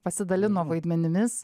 pasidalino vaidmenimis